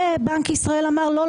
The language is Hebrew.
ובנק ישראל אמר לא,